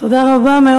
תודה רבה.